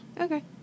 Okay